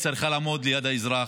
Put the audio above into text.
צריכה לעמוד לצד האזרח,